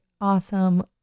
awesome